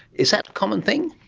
is that a common thing?